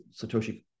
Satoshi